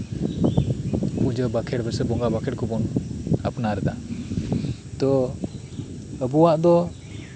ᱯᱩᱡᱟᱹ ᱵᱟᱸᱠᱷᱮᱲ ᱥᱮ ᱵᱚᱸᱜᱟ ᱵᱟᱠᱷᱮᱲ ᱠᱚᱵᱚᱱ ᱟᱯᱱᱟᱨᱮᱫᱟ ᱛᱚ ᱟᱵᱩᱣᱟᱜ ᱫᱚ